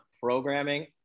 programming